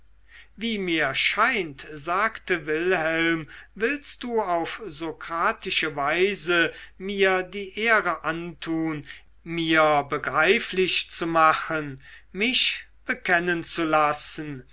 wie mir scheint sagte wilhelm willst du auf sokratische weise mir die ehre antun mir begreiflich zu machen mich bekennen zu lassen